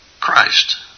Christ